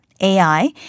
AI